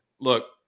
look